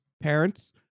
parents